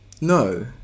no